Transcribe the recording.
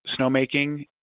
snowmaking